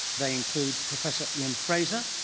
they include professor ian fraser,